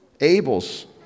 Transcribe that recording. Abel's